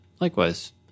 likewise